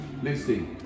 Lucy